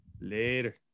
later